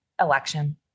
election